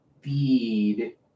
feed